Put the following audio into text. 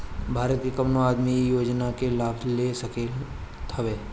भारत के कवनो आदमी इ योजना के लाभ ले सकत हवे